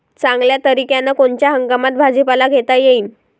चांगल्या तरीक्यानं कोनच्या हंगामात भाजीपाला घेता येईन?